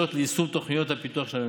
ליישום תוכניות הפיתוח של הממשלה.